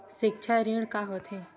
सिक्छा ऋण का होथे?